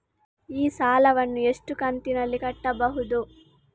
ಈ ಸಾಲವನ್ನು ಎಷ್ಟು ಕಂತಿನಲ್ಲಿ ಕಟ್ಟಬಹುದು?